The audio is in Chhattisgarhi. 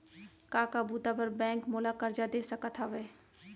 का का बुता बर बैंक मोला करजा दे सकत हवे?